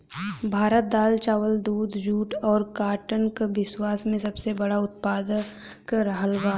भारत दाल चावल दूध जूट और काटन का विश्व में सबसे बड़ा उतपादक रहल बा